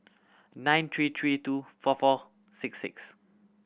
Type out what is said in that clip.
nine three three two four four six six